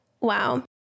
Wow